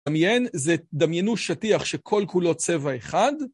דמיין, זה דמיינו שטיח שכל כולו צבע אחד.